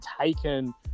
taken